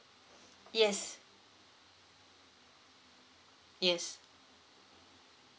yes yes